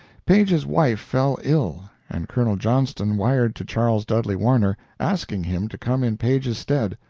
page's wife fell ill, and colonel johnston wired to charles dudley warner, asking him to come in page's stead.